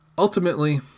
Ultimately